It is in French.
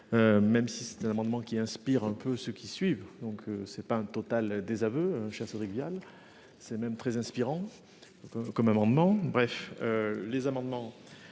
Même si c'est un amendement qui inspire un peu ce qui suivent, donc c'est pas un total désaveu. Cédric Vial. C'est même très inspirant. Comme amendement bref. Les amendements